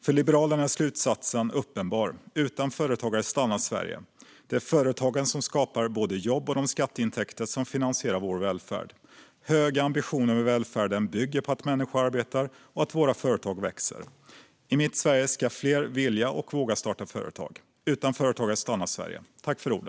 För Liberalerna är slutsatsen uppenbar: Utan företagare stannar Sverige. Det är företagen som skapar både jobb och de skatteintäkter som finansierar vår välfärd. Höga ambitioner med välfärden bygger på att människor arbetar och att våra företag växer. I mitt Sverige ska fler vilja och våga starta företag. Utan företagare stannar Sverige.